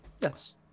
Yes